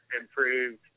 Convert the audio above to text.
improved